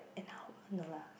an hour no lah